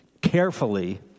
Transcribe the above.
carefully